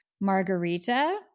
Margarita